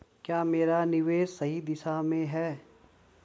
क्या मेरा निवेश सही दिशा में है?